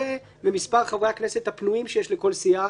ולמספר חברי הכנסת הפנויים שיש לכל סיעה,